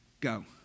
Go